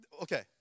Okay